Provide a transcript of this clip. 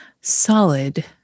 Solid